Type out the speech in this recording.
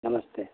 नमस्ते